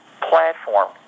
platform